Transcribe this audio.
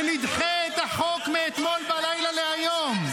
-- שנדחה את החוק מאתמול בלילה להיום.